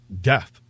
death